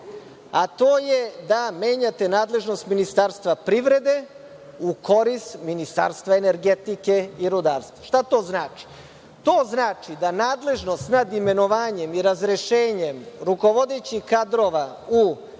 a to je da menjate nadležnost Ministarstva privrede u korist Ministarstva energetike i rudarstva. Šta to znači? To znači da nadležnost nad imenovanjem i razrešenjem rukovodećih kadrova u